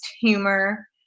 humor